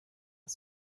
are